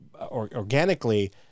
organically